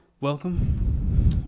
Welcome